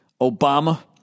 Obama